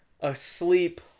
asleep